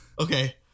Okay